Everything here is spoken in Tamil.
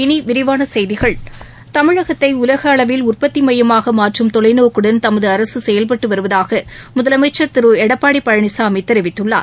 இனி விரிவான செய்திகள் தமிழகத்தை உலக அளவில் உற்பத்தி மையமாக மாற்றும் தொலைநோக்குடன் தமது அரசு செயல்பட்டு வருவதாக முதலமைச்சர் திரு எடப்பாடி பழனிசாமி தெரிவித்துள்ளார்